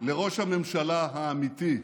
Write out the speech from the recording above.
לראש הממשלה האמיתי,